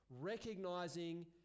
recognizing